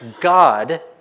God